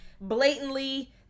blatantly